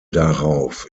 darauf